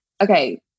okay